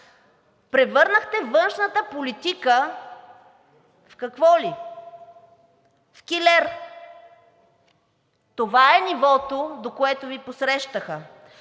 Превърнахте външната политика – в какво ли? – в килер. Това е нивото, до което Ви посрещаха.